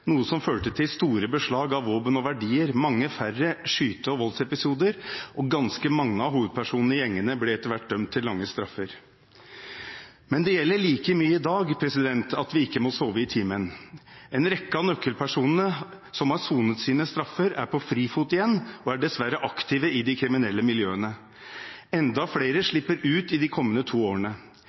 noe som førte til store beslag av våpen og verdier og mange færre skyte- og voldsepisoder, og ganske mange av hovedpersonene i gjengene ble etter hvert dømt til lange straffer. Men det gjelder like mye i dag at vi ikke må sove i timen. En rekke av nøkkelpersonene som har sonet sine straffer, er på frifot igjen og er dessverre aktive i de kriminelle miljøene. Enda flere slipper ut i de kommende to årene.